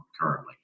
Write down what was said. currently